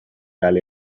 gael